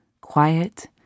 quiet